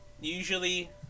usually